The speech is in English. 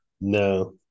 No